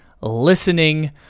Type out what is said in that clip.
listening